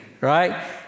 right